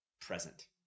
present